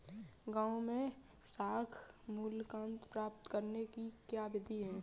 गाँवों में साख मूल्यांकन प्राप्त करने की क्या विधि है?